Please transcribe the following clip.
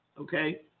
Okay